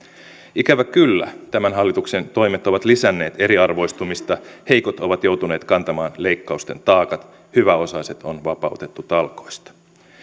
ikävä kyllä tämän hallituksen toimet ovat lisänneet eriarvoistumista heikot ovat joutuneet kantamaan leikkausten taakat hyväosaiset on vapautettu talkoista